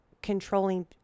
Controlling